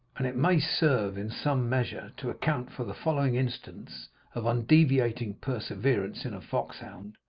and it may serve in some measure to account for the following instance of undeviating perseverance in a foxhound,